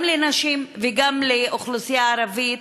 גם לנשים וגם לאוכלוסייה הערבית,